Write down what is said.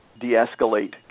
de-escalate